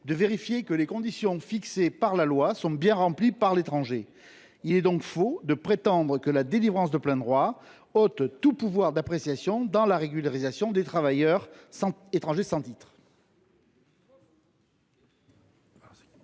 de vérifier que les conditions fixées par la loi sont bien remplies par l’étranger. Il est donc faux de prétendre que la délivrance de plein droit ôte tout pouvoir d’appréciation dans la régularisation des travailleurs étrangers sans titre.